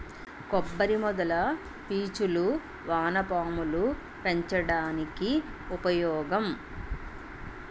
కొబ్బరి మొదల పీచులు వానపాములు పెంచడానికి ఉపయోగం